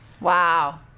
Wow